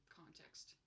context